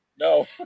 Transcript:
No